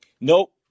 Nope